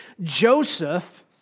Joseph